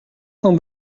cent